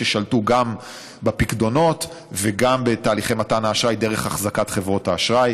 ששלטו גם בפיקדונות וגם בתהליכי מתן האשראי דרך החזקת חברות האשראי.